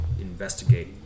investigate